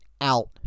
out